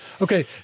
Okay